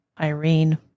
Irene